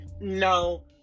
no